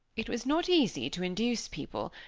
it was not easy to induce people,